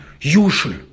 usual